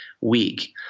week